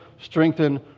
strengthen